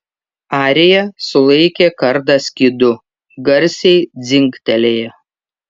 arija sulaikė kardą skydu garsiai dzingtelėjo